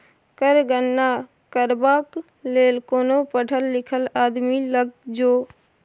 कर गणना करबाक लेल कोनो पढ़ल लिखल आदमी लग जो